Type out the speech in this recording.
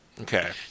Okay